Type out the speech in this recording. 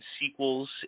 sequels